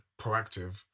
proactive